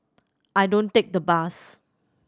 I don't take the bus